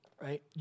right